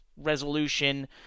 resolution